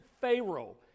Pharaoh